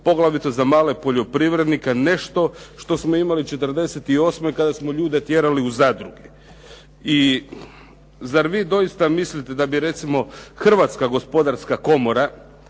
poglavito za male poljoprivrednike nešto što smo imali '48. kada smo ljude tjerali u zadruge. I zar vi doista mislite da bi recimo Hrvatska gospodarska komora